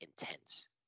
intense